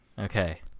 Okay